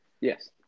Yes